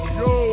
yo